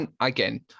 again